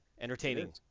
Entertaining